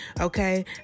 okay